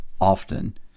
often